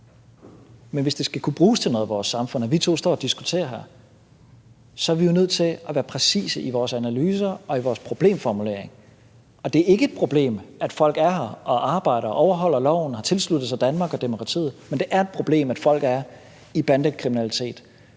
Men hvis det skal kunne bruges til noget i vores samfund, at vi to står her og diskuterer her, så er vi jo nødt til at være præcise i vores analyser og i vores problemformuleringer. Og det er ikke et problem, at folk er her, arbejder, overholder loven og har tilsluttet sig Danmark og demokratiet. Men det er et problem, at folk er involveret i bandekriminalitet.